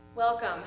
Welcome